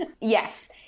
Yes